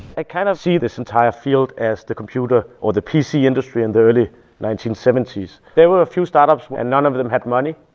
i kind of see this entire field as the computer or the pc industry in the early nineteen seventy s. there were a few startups and none of them had money.